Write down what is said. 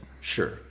sure